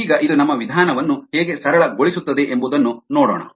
ಈಗ ಇದು ನಮ್ಮ ವಿಧಾನವನ್ನು ಹೇಗೆ ಸರಳಗೊಳಿಸುತ್ತದೆ ಎಂಬುದನ್ನು ನೋಡೋಣ